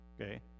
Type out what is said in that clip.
Okay